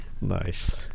Nice